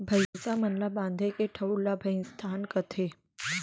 भईंसा मन ल बांधे के ठउर ल भइंसथान कथें